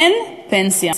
אין פנסיה.